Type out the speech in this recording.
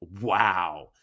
wow